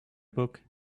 book